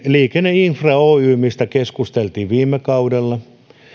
liikenneinfra oy mistä keskustelimme viime kaudella